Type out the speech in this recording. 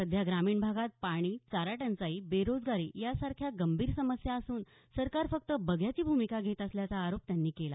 सध्या ग्रामीण भागात पाणी चारा टंचाई बेरोजगारी या सारख्या गंभीर समस्या असून सरकार फक्त बघ्याची भूमिका घेत असल्याचा आरोप त्यांनी केला